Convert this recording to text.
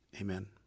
Amen